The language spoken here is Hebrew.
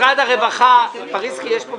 כמו